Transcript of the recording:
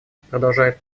продолжает